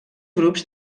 grups